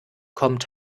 kommt